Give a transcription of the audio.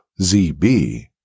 ZB